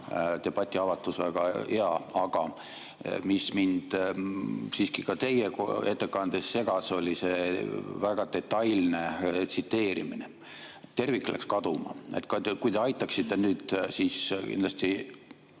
debati avatus väga hea. Aga mis mind siiski ka teie ettekandes segas, oli see väga detailne tsiteerimine. Tervik läks kaduma. Kui te aitaksite nüüd, kindlasti